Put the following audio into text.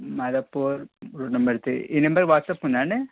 Madhapur road number three ఈ నెంబర్కి WhatsApp ఉందా అండి